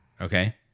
Okay